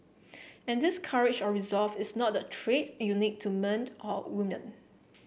and this courage or resolve is not a trait unique to men or woman